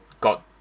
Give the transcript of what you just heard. got